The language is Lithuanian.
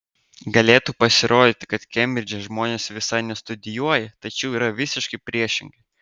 galėtų pasirodyti kad kembridže žmonės visai nestudijuoja tačiau yra visiškai priešingai